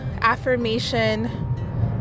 affirmation